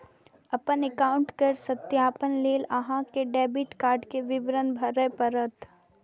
अपन एकाउंट केर सत्यापन लेल अहां कें डेबिट कार्ड के विवरण भरय पड़त